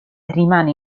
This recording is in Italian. rimane